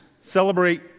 celebrate